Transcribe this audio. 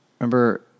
remember